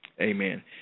Amen